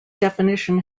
definition